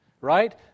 right